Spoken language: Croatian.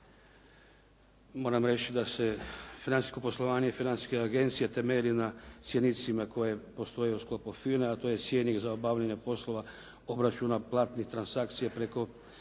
Moram reći da se financijsko poslovanje Financijske agencije temelji na cjenicima koje postoje u sklopu FINA-e a to je cjenik za obavljanje poslova obračuna, platnih transakcija preko